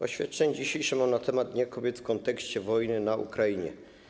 Oświadczenie dzisiejsze mam na temat dnia kobiet w kontekście wojny na Ukrainie.